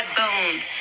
bones